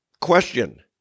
question